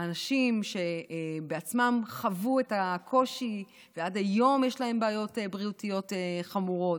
אנשים שבעצמם חוו את הקושי ועד היום יש להם בעיות בריאותיות חמורות,